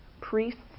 priests